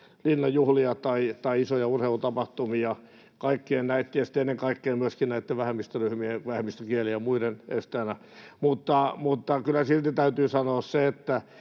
Linnan juhlia tai isoja urheilutapahtumia — kaikkien näitten ja ennen kaikkea myöskin näitten vähemmistöryhmien, vähemmistökielien ja muiden edustajana. Mutta kyllä silti täytyy sanoa se, että